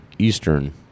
Eastern